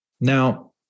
Now